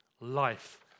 life